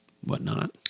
whatnot